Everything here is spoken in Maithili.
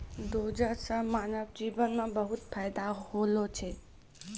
डोजर सें मानव जीवन म बहुत फायदा होलो छै